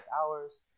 hours